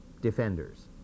defenders